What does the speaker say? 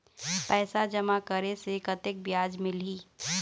पैसा जमा करे से कतेक ब्याज मिलही?